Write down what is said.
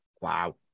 Wow